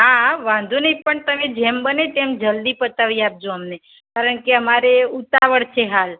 હા વાંધો નહીં પણ તમે જેમ બને તેમ જલ્દી પતાવી આપજો અમને કારણ કે અમારે ઉતાવળ છે હાલ